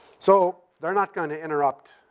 so they're not gonna interrupt,